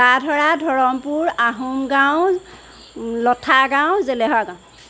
ধৰা ধৰমপুৰ আহোমগাঁও লঠাগাঁও জেলেহা গাঁও